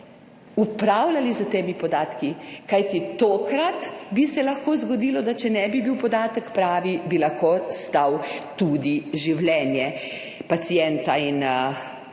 upravljali s temi podatki, kajti tokrat bi se lahko zgodilo, da če ne bi bil podatek pravi, bi lahko stal tudi življenje pacienta in